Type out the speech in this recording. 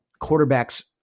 quarterbacks